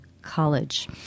College